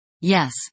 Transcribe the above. Yes